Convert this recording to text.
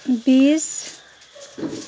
बिस